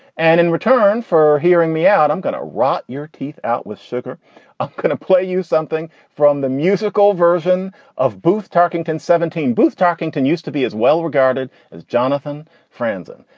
and in return for hearing me out, i'm going to rot your teeth out with sugar. can i kind of play you something from the musical version of booth tarkington, seventeen, booth tarkington used to be as well regarded as jonathan franzen.